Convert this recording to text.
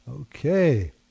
Okay